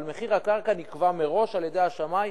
אבל מחיר הקרקע נקבע מראש על-ידי השמאי,